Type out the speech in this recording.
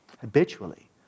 habitually